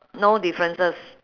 no differences